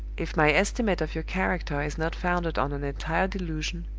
if my estimate of your character is not founded on an entire delusion,